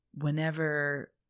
whenever